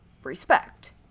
respect